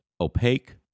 opaque